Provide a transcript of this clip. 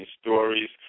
stories